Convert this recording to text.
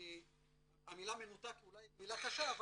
המילה מנותק אולי היא מילה קשה,